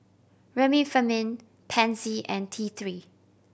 Remifemin Pansy and T Three